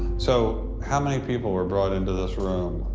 so, how many people were brought into this room?